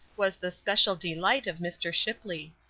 was the special delight of mr. shipley.